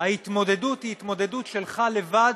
ההתמודדות היא שלך לבד